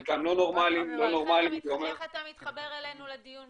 חלקם לא-נורמליים -- איך אתה מתחבר אלינו לדיון,